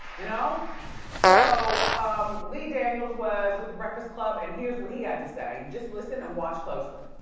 you know so um lee daniels was with the breakfast club and here's what he had to say, just listen and watch closely.